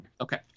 Okay